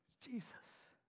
Jesus